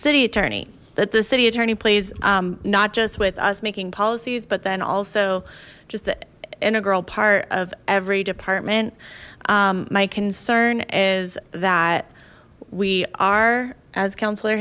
city attorney that the city attorney plays not just with us making policies but then also just the integral part of every department my concern is that we are as councillor